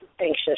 anxious